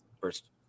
first